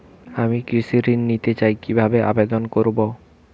আমি কৃষি ঋণ নিতে চাই কি ভাবে আবেদন করব?